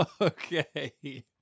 Okay